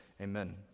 Amen